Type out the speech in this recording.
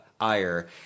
ire